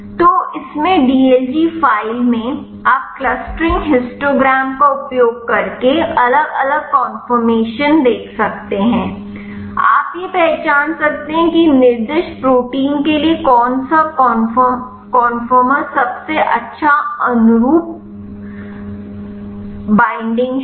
तो इसमें dlg file में आप क्लस्टरिंग हिस्टोग्राम का उपयोग करके अलग अलग कन्फर्मेशन देख सकते हैं आप यह पहचान सकते हैं कि निर्दिष्ट प्रोटीन के लिए कौन सा कन्फर्म सबसे अच्छा अनुरूप बैंडिंग है